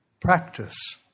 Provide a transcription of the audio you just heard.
Practice